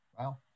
Wow